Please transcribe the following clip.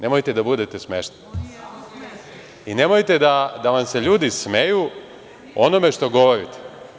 Nemojte da budete smešni i nemojte da se ljudi smeju onome što govorite.